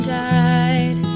died